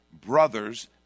brothers